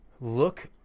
look